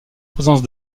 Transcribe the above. présence